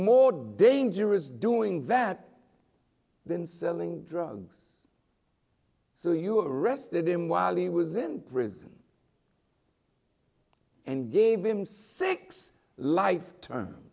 more dangerous doing that than selling drugs so you arrested him while he was in prison and gave him six life term